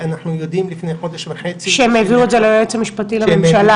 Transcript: לפני חודש וחצי --- שהעבירו את זה ליועץ המשפטי לממשלה.